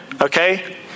Okay